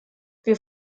wir